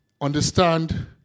understand